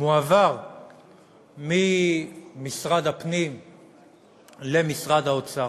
מועבר ממשרד הפנים למשרד האוצר.